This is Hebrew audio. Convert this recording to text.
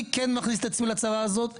אני כן מכניס את עצמי לצרה הזאת.